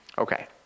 Okay